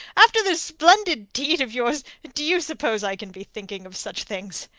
after this splendid deed of yours, do you suppose i can be thinking of such things?